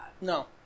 No